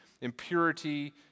impurity